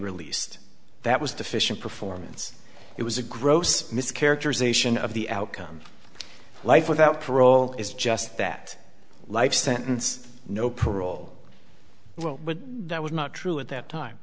released that was deficient performance it was a gross mischaracterization of the outcome life without parole is just that life sentence no parole well that was not true at that time